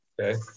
Okay